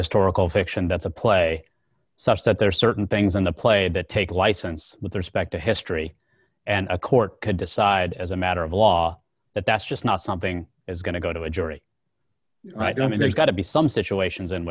historical fiction that's a play such that there are certain things in the play that take license with respect to history and a court could decide as a matter of law that that's just not something is going to go to a jury right i mean there's got to be some situations in